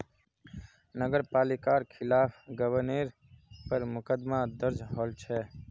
नगर पालिकार खिलाफ गबनेर पर मुकदमा दर्ज हल छ